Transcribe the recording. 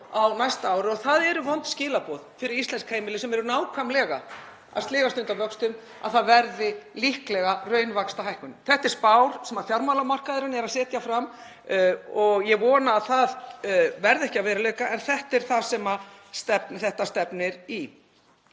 á næsta ári. Það eru vond skilaboð fyrir íslensk heimili sem eru nákvæmlega að sligast undan vöxtum að það verði líklega raunvaxtahækkun. Þetta er spá sem fjármálamarkaðurinn er að setja fram og ég vona að hún verði ekki að veruleika en það stefnir í